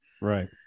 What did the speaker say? right